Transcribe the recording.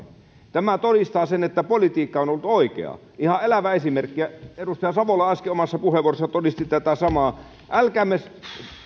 tämä todistaa sen että politiikka on ollut oikeaa ihan elävä esimerkki edustaja savola äsken omassa puheenvuorossaan todisti tätä samaa älkäämme